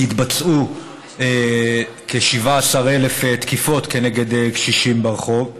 התבצעו כ-17,000 תקיפות נגד קשישים ברחוב,